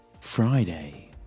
Friday